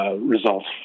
results